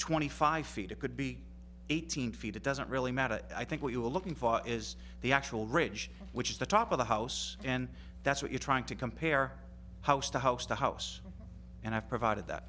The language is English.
twenty five feet it could be eight hundred feet it doesn't really matter i think what you're looking for is the actual ridge which is the top of the house and that's what you're trying to compare house to house to house and i've provided that